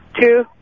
Two